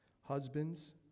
Husbands